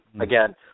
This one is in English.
again